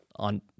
on